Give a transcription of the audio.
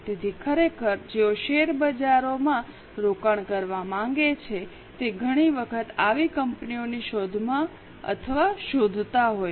તેથી ખરેખર જેઓ શેર બજારોમાં રોકાણ કરવા માગે છે તે ઘણી વખત આવી કંપનીઓની શોધમાં અથવા શોધતા હોય છે